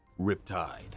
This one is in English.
Riptide